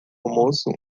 almoço